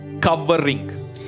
covering